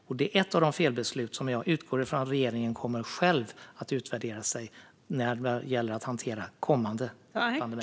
Detta är ett av felbesluten. Jag utgår från att regeringen kommer att utvärdera sig själv när det gäller att hantera kommande pandemi.